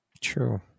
true